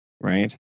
right